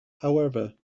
however